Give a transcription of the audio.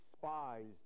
despised